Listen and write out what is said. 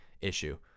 issue